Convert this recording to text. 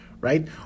right